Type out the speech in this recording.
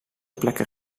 plekken